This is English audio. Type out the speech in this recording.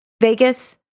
Vegas